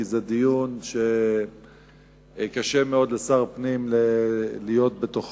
כי זה דיון שקשה מאוד לשר הפנים להיות בו.